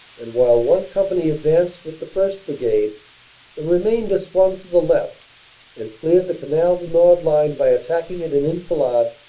and while one company advanced with the first. brigade the remainder swung to the left and cleared the canal du nord line by attacking it in enfilade,